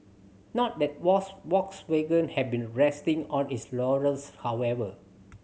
not that Volkswagen has been resting on its laurels however